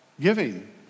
giving